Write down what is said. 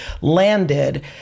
landed